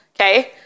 okay